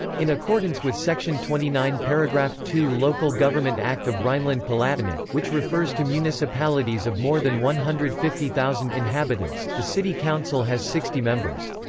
in accordance with section twenty nine paragraph two local government act of rhineland-palatinate, which refers to municipalities of more than one hundred and fifty thousand inhabitants, the city council has sixty members.